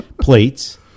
plates